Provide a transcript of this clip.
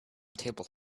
table